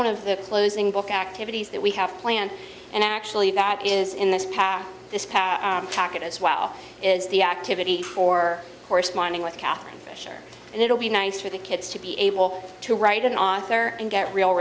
one of the closing book activities that we have planned and actually that is in this power this power pack as well as the activity or corresponding with katherine and it'll be nice for the kids to be able to write an author and get real